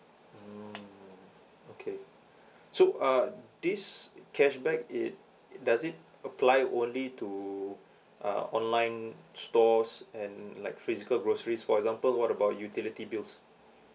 mm okay so uh this cashback it does it apply only to uh online stores and like physical groceries for example what about utility bills